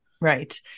right